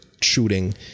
shooting